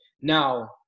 Now